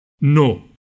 No